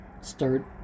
start